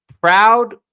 Proud